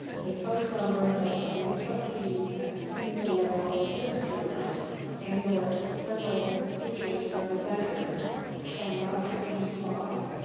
the total number of appointed trustees and senior level administrators and or external constituent representatives shall not exceed five.